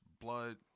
blood